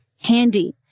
handy